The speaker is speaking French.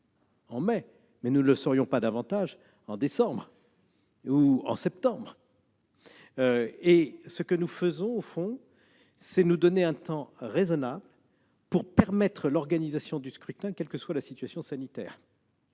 prochain, mais nous ne le saurions pas davantage en décembre ou en septembre ... Au fond, nous cherchons à nous donner un temps raisonnable pour permettre l'organisation du scrutin, quelle que soit la situation sanitaire.